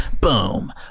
boom